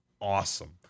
awesome